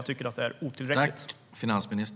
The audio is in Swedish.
Jag tycker att det är otillräckligt.